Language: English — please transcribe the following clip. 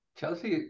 Chelsea